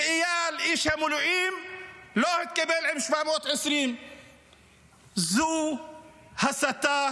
ואייל איש המילואים לא התקבל עם 720. זו הסתה,